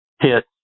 hit